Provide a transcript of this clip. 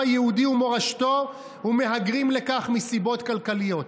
היהודי ומורשתו ומהגרים לכאן מסיבות כלכליות.